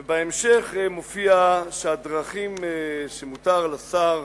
ובהמשך, שהדרכים שמותר לשר